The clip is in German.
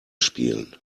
spielen